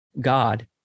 God